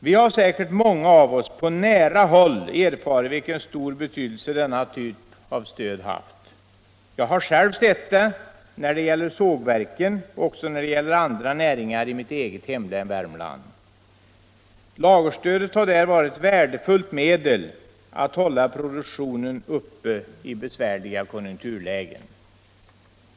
Många av oss har säkerligen på nära håll erfarit vilken stor betydelse denna typ av stöd haft. Jag har själv sett det när det gäller sågverken och också när det gäller företag inom andra näringar i mitt eget hemlän, Värmlands län. Lagerstödet har där varit ett värdefullt medel att hålla produktionen uppe i besvärliga konjunkturlägen.